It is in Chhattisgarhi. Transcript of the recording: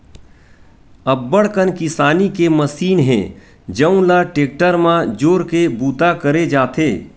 अब्बड़ कन किसानी के मसीन हे जउन ल टेक्टर म जोरके बूता करे जाथे